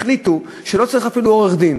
החליטו שלא צריך אפילו עורך-דין,